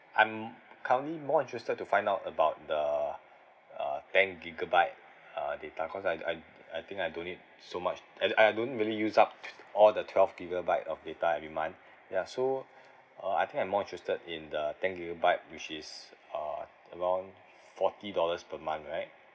I'm currently more interested to find out about the uh ten gigabyte uh data cause I I I think I don't need so much uh I I don't really use up all the twelve gigabyte of data every month ya so uh I think I'm more interested in the ten gigabyte which is uh around forty dollars per month right